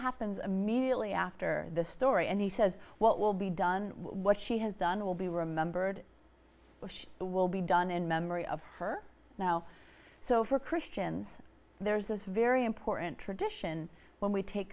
happens immediately after the story and he says what will be done what she has done will be remembered bush will be done in memory of her now so for christians there's this very important tradition when we take